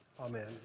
amen